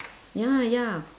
ya ya